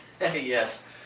Yes